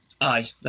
Aye